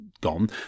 gone